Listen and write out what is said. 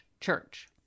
church